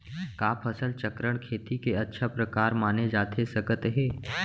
का फसल चक्रण, खेती के अच्छा प्रकार माने जाथे सकत हे?